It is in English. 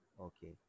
Okay